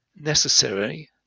necessary